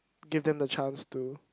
give them the chance to